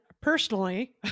personally